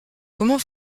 comment